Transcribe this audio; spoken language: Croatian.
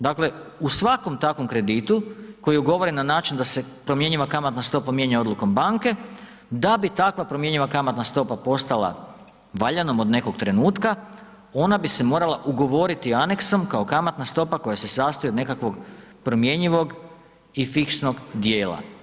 Dakle, u svakom takvom kreditu koji je ugovoren na način da se promjenjiva kamatna stopa mijenja odlukom banke, da bi takva promjenjiva kamatna stopa postala valjanom od nekog trenutka ona bi se morala ugovoriti aneksom kao kamatna stopa koja se sastoji od nekakvog promjenjivog i fiksnog dijela.